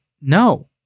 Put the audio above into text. No